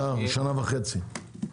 שנה וחצי.